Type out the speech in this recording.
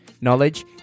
knowledge